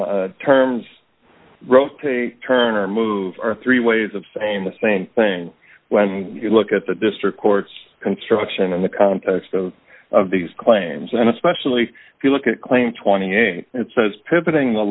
the terms rotate turn or move are three ways of saying the same thing when you look at the district court's construction and the context of these claims and especially if you look at claim twenty eight it says pivoting the